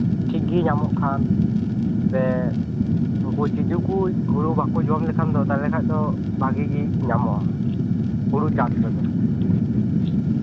ᱴᱷᱤᱠ ᱜᱮ ᱧᱟᱢᱚᱜ ᱠᱷᱟᱱ ᱥᱮ ᱱᱩᱠᱩ ᱛᱤᱡᱩ ᱠᱚ ᱦᱩᱲᱩ ᱵᱟᱠᱚ ᱡᱚᱢ ᱞᱮᱠᱷᱟᱱ ᱫᱚ ᱛᱟᱦᱞᱮ ᱠᱷᱟᱱ ᱫᱚ ᱵᱷᱟᱹᱜᱤ ᱜᱮ ᱧᱟᱢᱚᱜᱼᱟ ᱦᱩᱲᱩ ᱪᱟᱥ ᱨᱮᱫᱚ